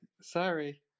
sorry